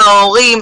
בהורים,